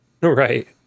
Right